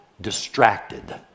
distracted